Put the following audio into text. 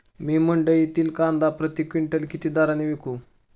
मी मंडईतील कांदा प्रति क्विंटल किती दराने विकू?